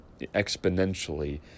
exponentially